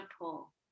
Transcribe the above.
pull